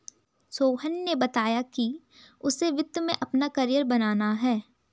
सोहन ने बताया कि उसे वित्त में अपना कैरियर बनाना है